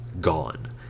gone